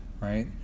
right